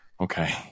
okay